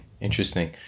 Interesting